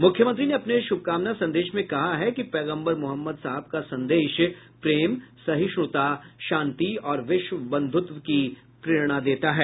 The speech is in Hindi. मुख्यमंत्री ने अपने शुभकामना संदेश में कहा है कि पैगम्बर मोहम्मद साहब का संदेश प्रेम सहिष्णुता शांति और विश्व बंध्रत्व की प्रेरणा देता है